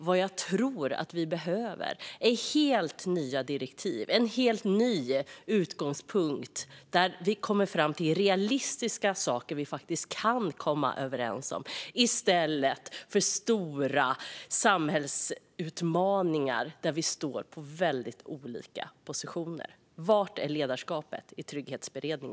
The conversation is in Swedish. Vad jag tror att vi behöver är helt nya direktiv, en helt ny utgångspunkt, där vi kan komma fram till realistiska saker som vi kan komma överens om i stället för stora samhällsutmaningar där vi står på olika positioner. Var är ledarskapet i denna trygghetsberedning?